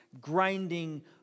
grinding